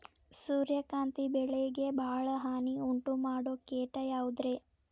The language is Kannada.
ಸೂರ್ಯಕಾಂತಿ ಬೆಳೆಗೆ ಭಾಳ ಹಾನಿ ಉಂಟು ಮಾಡೋ ಕೇಟ ಯಾವುದ್ರೇ?